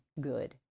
good